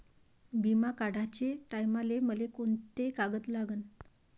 बिमा काढाचे टायमाले मले कोंते कागद लागन?